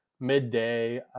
midday